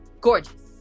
gorgeous